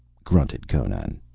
grunted conan.